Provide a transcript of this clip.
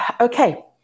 Okay